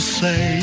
say